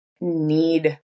need